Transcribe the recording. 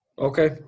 Okay